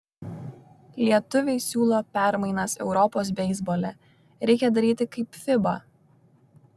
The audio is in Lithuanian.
lietuviai siūlo permainas europos beisbole reikia daryti kaip fiba